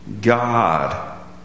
God